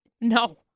No